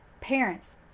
parents